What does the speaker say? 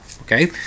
Okay